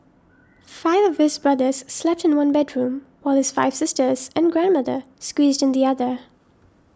five of his brothers slept in one bedroom while his five sisters and grandmother squeezed in the other